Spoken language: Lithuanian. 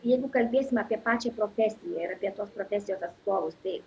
jeigu kalbėsime apie pačią profesiją ir apie tos profesijos atstovus tai